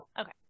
Okay